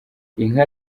inka